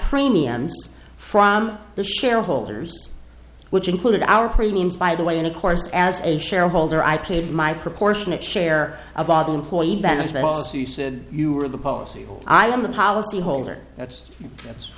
premiums from the shareholders which included our premiums by the way and of course as a shareholder i paid my proportionate share about the employee benefit as you said you were the policy i am the policy holder that's what